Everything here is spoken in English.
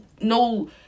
no